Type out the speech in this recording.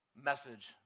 message